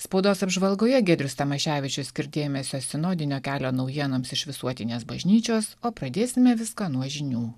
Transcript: spaudos apžvalgoje giedrius tamaševičius skir dėmesio sinodinio kelio naujienoms iš visuotinės bažnyčios o pradėsime viską nuo žinių